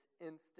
instant